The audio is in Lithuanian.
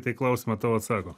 tai klausimą tau atsako